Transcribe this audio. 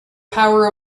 power